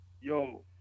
Yo